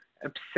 obsessed